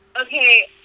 okay